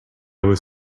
was